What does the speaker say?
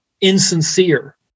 insincere